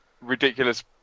ridiculous